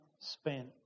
spent